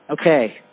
Okay